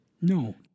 No